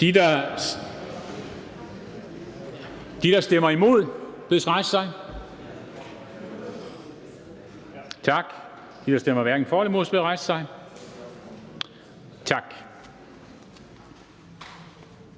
De, der stemmer imod, bedes rejse sig. Tak. De, der stemmer hverken for eller imod, bedes rejse sig. Tak.